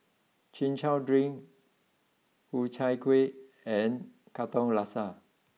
Chin Chow drink Ku Chai Kuih and Katong Laksa